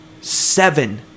Seven